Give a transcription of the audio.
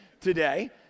today